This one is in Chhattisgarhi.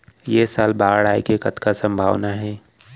ऐ साल बाढ़ आय के कतका संभावना हे?